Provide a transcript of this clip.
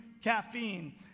caffeine